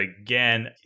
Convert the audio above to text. again